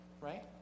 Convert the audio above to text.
right